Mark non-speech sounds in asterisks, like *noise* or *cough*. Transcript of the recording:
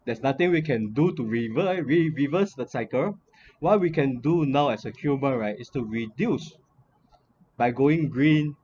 there's nothing we can do to rever~ re~ reverse the cycle *breath* while we can do now as a human right is to reduce by going green